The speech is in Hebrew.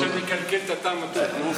זה מקלקל את הטעם הטוב.